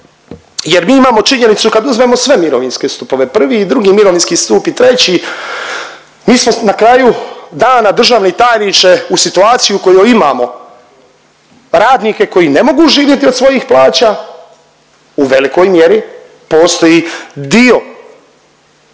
Jer mi imamo činjenicu kad uzmemo sve mirovinske stupove, I. i II. mirovinski stup i III. mi smo na kraju dana državni tajniče u situaciji u kojoj imamo radnike koji ne mogu živjeti od svojih plaća u velikoj mjeri, postoji dio